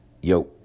Yo